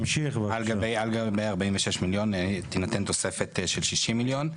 על גבי 46 מיליון תינתן תוספת של 60 מיליון.